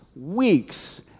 weeks